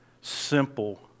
simple